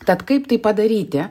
tad kaip tai padaryti